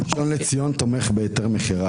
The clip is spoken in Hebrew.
הראשון לציון תומך בהיתר מכירה